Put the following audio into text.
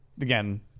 again